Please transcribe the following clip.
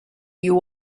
you